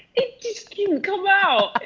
it just didn't come out.